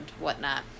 whatnot